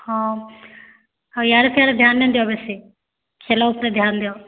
ହଁ ଆଉ ଇଆଡ଼େ ସିଆଡ଼େ ଧ୍ୟାନ୍ ନାଇଁ ଦିଅ ବେଶୀ ଖେଲ ଉପରେ ଧ୍ୟାନ୍ ଦିଅ